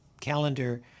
calendar